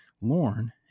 Lauren